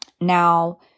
Now